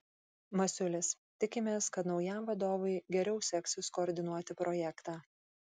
masiulis tikimės kad naujam vadovui geriau seksis koordinuoti projektą